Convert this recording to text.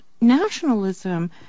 nationalism